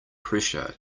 pressure